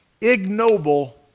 ignoble